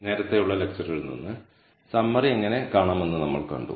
നേരത്തെയുള്ള ലെക്ച്ചറിൽ നിന്ന് സമ്മറി എങ്ങനെ കാണാമെന്ന് നമ്മൾ കണ്ടു